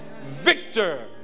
victor